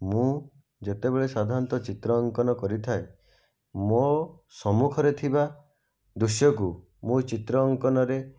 ମୁଁ ଯେତେବେଳେ ସାଧାରଣତଃ ଚିତ୍ର ଅଙ୍କନ କରିଥାଏ ମୋ ସମ୍ମୁଖରେ ଥିବା ଦୃଶ୍ୟକୁ ମୁଁ ଚିତ୍ର ଅଙ୍କନରେ